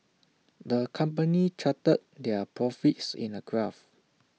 the company charted their profits in A graph